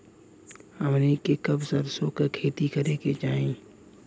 हमनी के कब सरसो क खेती करे के चाही?